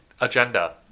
agenda